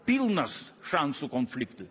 pilnas šansų konfliktui